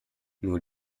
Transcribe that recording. nur